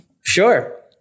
Sure